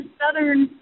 southern